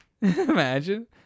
Imagine